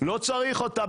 לא צריך אותה.